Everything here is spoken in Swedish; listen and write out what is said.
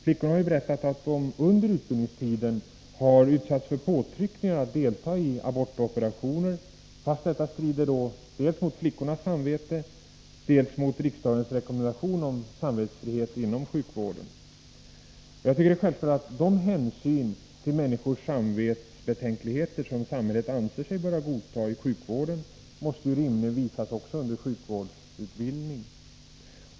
Flickorna har berättat att de under utbildningstiden har utsatts för påtryckningar att delta i abortoperationer, fast detta strider dels mot flickornas samvete, dels mot riksdagens rekommendation om samvetsfrihet inom sjukvården. Jag tycker att det är självklart att de hänsyn till människors samvetsbetänkligheter, som samhället anser sig böra godta i sjukvården, rimligen också måste visas under sjukvårdsutbildning.